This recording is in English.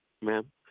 Ma'am